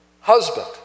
husband